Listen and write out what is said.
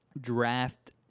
Draft